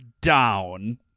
down